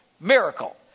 miracle